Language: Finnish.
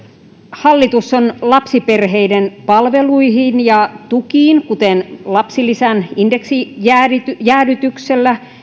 hallitus on antanut lapsiperheiden palveluihin ja tukiin kuten lapsilisän indeksijäädytyksellä